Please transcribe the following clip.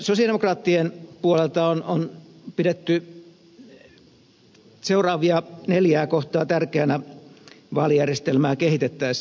sosialidemokraattien puolelta on pidetty seuraavia neljää kohtaa tärkeinä vaalijärjestelmää kehitettäessä